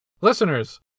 Listeners